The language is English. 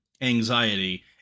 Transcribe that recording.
anxiety